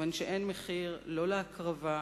כיוון שאין מחיר לא להקרבה,